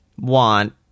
want